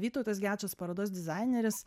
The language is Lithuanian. vytautas gečas parodos dizaineris